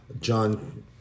John